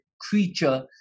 creature